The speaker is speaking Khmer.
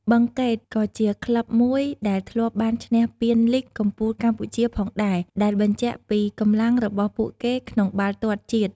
បឹងកេតក៏ជាក្លឹបមួយដែលធ្លាប់បានឈ្នះពានលីគកំពូលកម្ពុជាផងដែរ ដែលបញ្ជាក់ពីកម្លាំងរបស់ពួកគេក្នុងបាល់ទាត់ជាតិ។